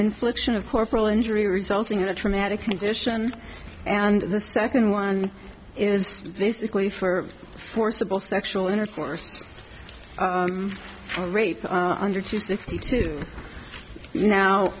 infliction of corporal injury resulting in a traumatic condition and the second one is basically for forcible sexual intercourse and rape under two sixty two now